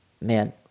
Man